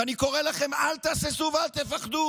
ואני קורא לכם: אל תהססו ואל תפחדו.